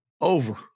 Over